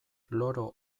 loro